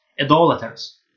idolaters